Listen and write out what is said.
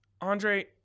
andre